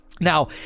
Now